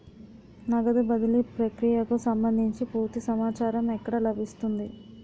నగదు బదిలీ ప్రక్రియకు సంభందించి పూర్తి సమాచారం ఎక్కడ లభిస్తుంది?